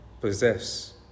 possess